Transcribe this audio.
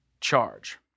charge